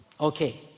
Okay